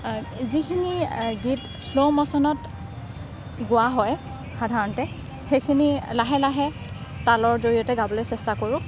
যিখিনি গীত শ্ল' ম'শ্যনত গোৱা হয় সাধাৰণতে সেইখিনি লাহে লাহে তালৰ জৰিয়তে গাবলৈ চেষ্টা কৰোঁ